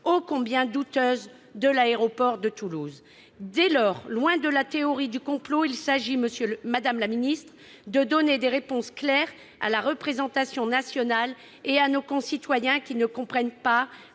ô combien douteuse, de l'aéroport de Toulouse. Dès lors, loin de la théorie du complot, il s'agit de donner des réponses claires à la représentation nationale et à nos concitoyens, qui ne comprennent pas